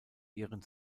ihren